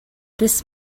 this